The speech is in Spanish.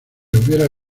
hubiera